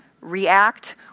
react